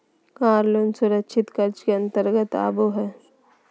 कार loan सुरक्षित कर्ज के अंतर्गत आबो हय